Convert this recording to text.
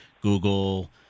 Google